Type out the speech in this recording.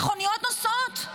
מכוניות נוסעות,